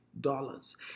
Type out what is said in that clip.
dollars